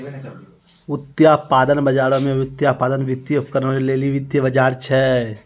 व्युत्पादन बजारो मे व्युत्पादन, वित्तीय उपकरणो लेली वित्तीय बजार छै